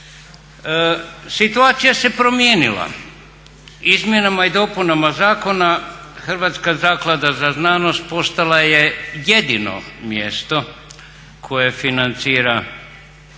situacija se promijenila. Izmjenama i dopunama zakona Hrvatska zaklada za znanost postala je jedino mjesto koje financira znanstvene